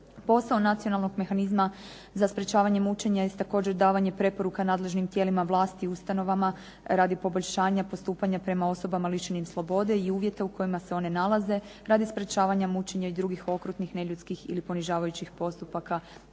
Posao nacionalnog mehanizma za sprečavanje mučenja jest također davanje preporuka nadležnim tijelima vlasti u ustanovama radi poboljšanja postupanja prema osobama lišenih slobode i uvjeta u kojima se oni nalaze radi sprečavanja mučenja i drugih okrutnih, neljudskih ili ponižavajućih postupaka